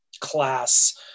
class